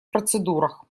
процедурах